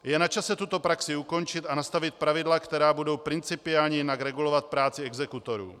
Je na čase tuto praxi ukončit a nastavit pravidla, která budou principiálně jinak regulovat práci exekutorů.